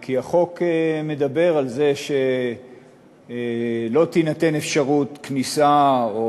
כי החוק מדבר על זה שלא תינתן אפשרות כניסה או